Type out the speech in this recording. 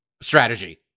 strategy